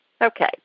Okay